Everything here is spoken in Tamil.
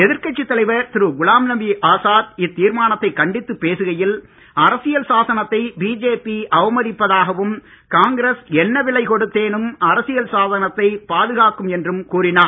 எதிர்கட்சித் தலைவர் திரு குலாம்நபி ஆசாத் இத்தீர்மானத்தை கண்டித்துப் பேசுகையில் அரசியல் சாசனத்தை பிஜேபி அவமதிப்பதாகவும் காங்கிரஸ் என்ன விலை கொடுத்தேனும் அரசியல் சாசனத்தை பாதுகாக்கும் என்றும் கூறினார்